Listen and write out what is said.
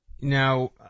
now